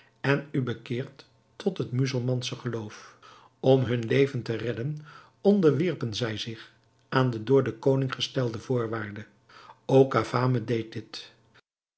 en u bekeert tot het muzelmansche geloof om hun leven te redden onderwierpen zij zich aan de door den koning gestelde voorwaarde ook cavame deed dit